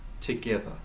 together